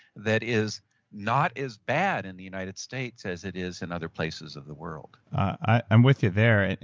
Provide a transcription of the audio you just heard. that is not as bad in the united states as it is in other places of the world i'm with you there. and